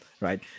Right